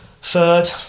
Third